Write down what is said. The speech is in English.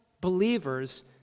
believers